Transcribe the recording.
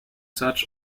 such